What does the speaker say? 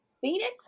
Phoenix